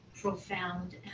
profound